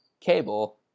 cable